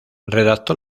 redactó